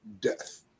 death